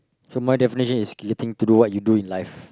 so my definition is getting to do what you do in life